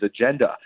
agenda